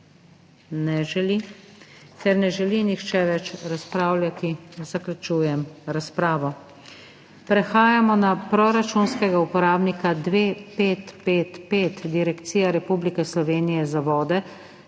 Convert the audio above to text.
Ne želi. Ker ne želi nihče več razpravljati, zaključujem razpravo. Prehajamo na proračunskega uporabnika 2555 Direkcija Republike Slovenije za vode